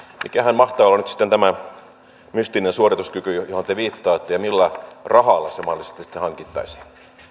mikähän mahtaa olla nyt sitten tämä mystinen suorituskyky johon te viittaatte ja millä rahalla se mahdollisesti sitten hankittaisiin